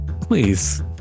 please